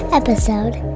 episode